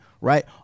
right